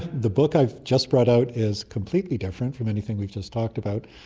the book i've just brought out is completely different from anything we've just talked about.